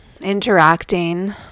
interacting